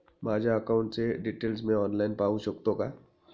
माझ्या अकाउंटचे डिटेल्स मी ऑनलाईन पाहू शकतो का?